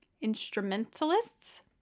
instrumentalists